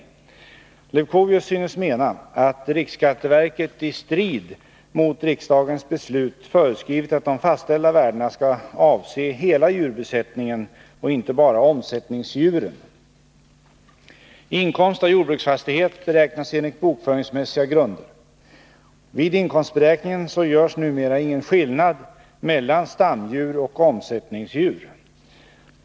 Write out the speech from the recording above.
Karl Leuchovius synes mena att riksskatteverket i strid mot riksdagens beslut föreskrivit att de fastställda värdena skall avse hela djurbesättningen och inte bara omsättningsdjuren. Inkomst av jordbruksfastighet beräknas enligt bokföringsmässiga grunder. Vid inkomstberäkningen görs numera ingen skillnad mellan stamdjur och omsättningsdjur.